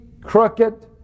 crooked